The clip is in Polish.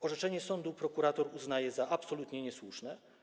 Orzeczenie sądu prokurator uznaje za absolutnie niesłuszne.